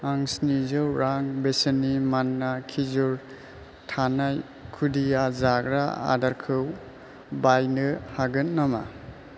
आं स्निजौ रां बेसेननि मान्ना खिजुर थानाय खुदिया जाग्रा आदारखौ बायनो हागोन नामा